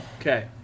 Okay